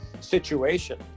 situation